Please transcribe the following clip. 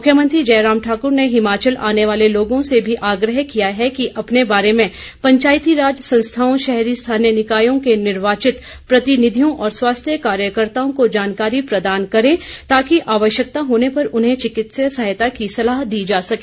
मुख्यमंत्री जयराम ठाकुर ने हिमाचल आने वाले लोगों से आग्रह किया कि अपने बारे में पंचायती राज संस्थाओं शहरी स्थानीय निकायों के निर्वाचित प्रतिनिधियों और स्वास्थ्य कार्यकर्ताओं को जानकारी प्रदान करें ताकि आवश्यकता होने पर उन्हें चिकित्सीय सहायता की सलाह दी जा सके